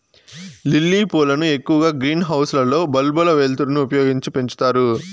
lily పూలను ఎక్కువగా green house లలో బల్బుల వెలుతురును ఉపయోగించి పెంచుతారు